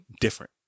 different